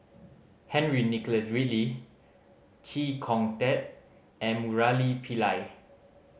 Henry Nicholas Ridley Chee Kong Tet and Murali Pillai